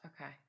Okay